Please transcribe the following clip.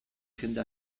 jende